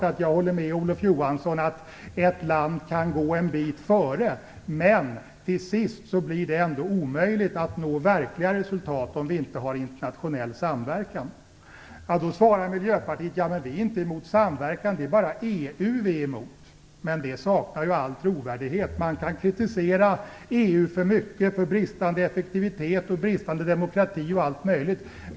Jag håller med Olof Johansson om att ett land kan gå en bit före. Men till sist blir det ändå omöjligt att nå verkliga resultat om vi inte har internationell samverkan. Då svarar Miljöpartiet: Vi är inte emot samverkan - det är bara EU som vi är emot. Det saknar all trovärdighet. Man kan kritisera EU för mycket, bristande effektivitet, bristande demokrati och allt möjligt.